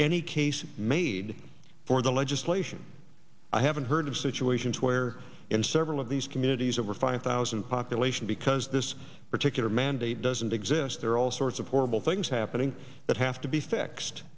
any case made for the legislation i haven't heard of situations where in several of these communities over five thousand population because this particular mandate doesn't exist there are all sorts of horrible things happening that have to be fixed